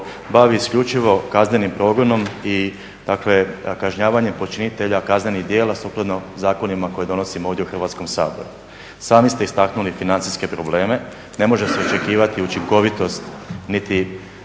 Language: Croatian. bavi isključivo kaznenim progonom i dakle, kažnjavanjem počinitelja kaznenih djela sukladno zakonima koje donosimo ovdje u Hrvatskom saboru. Sami ste istaknuli financijske probleme, ne može se očekivati učinkovitost niti